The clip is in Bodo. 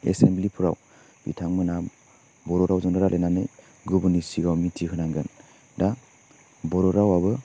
एसेमब्लिफ्राव बिथांमोना बर' रावजोंनो रायलायनानै गुबुननि सिगाङाव मिथिहोनांगोन दा बर' रावाबो